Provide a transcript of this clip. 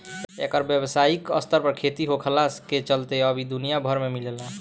एकर व्यावसायिक स्तर पर खेती होखला के चलते अब इ दुनिया भर में मिलेला